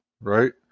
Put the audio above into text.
right